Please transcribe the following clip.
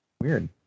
weird